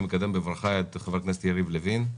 אני מקדם בברכה את חבר הכנסת יריב לוין.